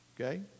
okay